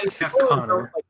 Connor